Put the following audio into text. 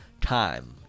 time